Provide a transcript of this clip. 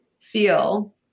feel